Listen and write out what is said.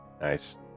Nice